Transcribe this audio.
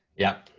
yeah,